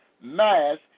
Mass